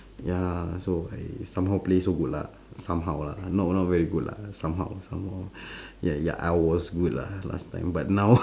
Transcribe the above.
ya so I somehow play so good lah somehow lah not not very good lah somehow somehow ya ya I was good lah last time but now